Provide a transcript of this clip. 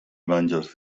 manĝos